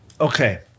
okay